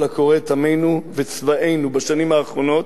הקורה את עמנו וצבאנו בשנים האחרונות,